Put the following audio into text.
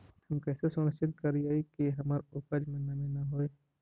हम कैसे सुनिश्चित करिअई कि हमर उपज में नमी न होय?